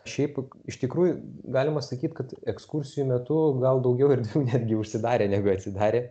šiaip iš tikrųjų galima sakyt kad ekskursijų metu gal daugiau ir netgi užsidarė negu atsidarė